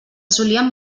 solien